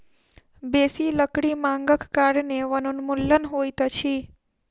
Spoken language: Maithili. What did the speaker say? बेसी लकड़ी मांगक कारणें वनोन्मूलन होइत अछि